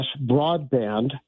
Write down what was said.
broadband